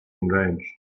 enraged